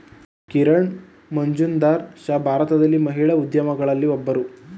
ಕಿರಣ್ ಮಜುಂದಾರ್ ಶಾ ಭಾರತದ ಮಹಿಳಾ ಉದ್ಯಮಿಗಳಲ್ಲಿ ಒಬ್ಬರು